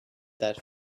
that